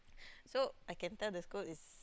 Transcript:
so I can tell the school is